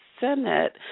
Senate